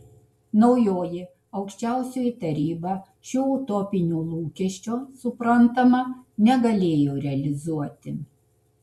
naujoji aukščiausioji taryba šio utopinio lūkesčio suprantama negalėjo realizuoti